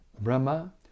Brahma